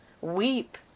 weep